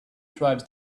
tribes